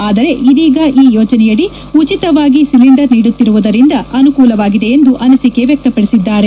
ಆದರೆ ಇದೀಗ ಈ ಯೋಜನೆಯಡಿ ಉಚಿತವಾಗಿ ಸಿಲಿಂಡರ್ ನೀಡುತ್ತಿರುವುದರಿಂದ ಅನುಕೂಲವಾಗಿದೆ ಎಂದು ಅನಿಸಿಕೆ ವ್ಯಕ್ತಪಡಿಸಿದ್ದಾರೆ